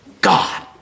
God